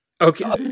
Okay